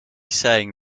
saying